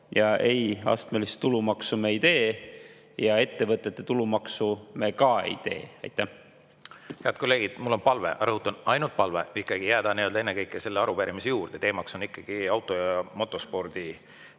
Ja ei, astmelist tulumaksu me ei tee ja ettevõtete tulumaksu me ka ei tee. Head kolleegid, mul on palve – rõhutan, ainult palve – jääda ennekõike selle arupärimise juurde. Teema on ikkagi auto‑ ja motosport